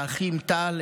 האחים טל,